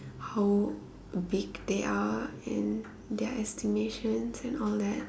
how big they are and their estimations and all that